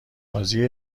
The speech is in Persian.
بازی